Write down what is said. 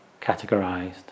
categorized